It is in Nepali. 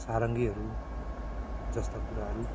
सारङ्गीहरू जस्ता कुराहरू